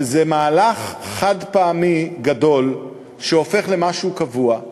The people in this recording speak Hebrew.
שזה מהלך חד-פעמי גדול שהופך למשהו קבוע,